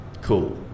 cool